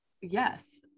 Yes